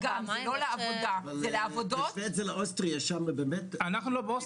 גם באמת- -- אנחנו לא באוסטריה אלא בישראל.